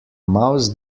mouse